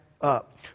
up